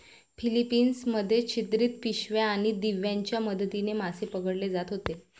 Philippines मध्ये छिद्रित पिशव्या आणि दिव्यांच्या मदतीने मासे पकडले जात होते